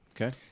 okay